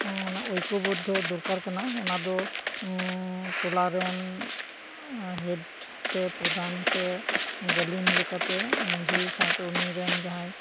ᱚᱱᱟ ᱳᱭᱠᱚᱵᱚᱫᱽᱫᱷᱚ ᱫᱳᱨᱠᱟᱨ ᱠᱟᱱᱟ ᱚᱱᱟ ᱫᱚ ᱴᱚᱞᱟᱨᱮᱱ ᱦᱮᱰ ᱥᱮ ᱯᱨᱚᱫᱷᱟᱱ ᱥᱮ ᱜᱟᱞᱤᱢ ᱞᱮᱠᱟ ᱛᱮ ᱢᱟᱡᱷᱤ ᱥᱟᱶᱛᱮ ᱩᱱᱤᱨᱮᱱ ᱡᱟᱦᱟᱸᱭ